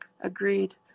Agreed